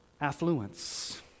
affluence